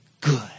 good